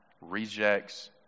rejects